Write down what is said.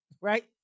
right